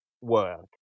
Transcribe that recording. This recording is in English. work